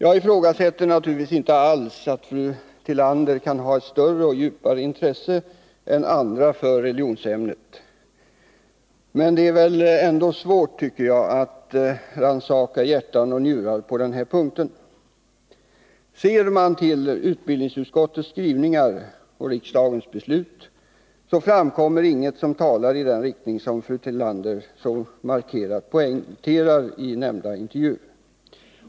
Jag ifrågasätter naturligtvis inte alls att fru Tillander kan ha ett större och djupare intresse än andra för religionsämnet. Men det är ändå svårt, tycker jag, att rannsaka hjärtan och njurar på den här punkten. Ser man till utbildningsutskottets skrivningar och riksdagens beslut, så framkommer ingenting som talar i den riktning som fru Tillander så markerat poängterar i nämnda intervju.